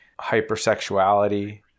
hypersexuality